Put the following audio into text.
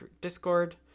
Discord